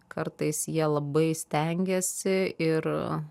kartais jie labai stengiasi ir